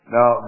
Now